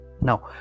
now